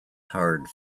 hard